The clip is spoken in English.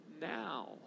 now